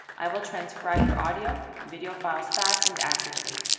i will transcribe your audio video files fast and accurately.